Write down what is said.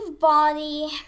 body